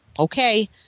Okay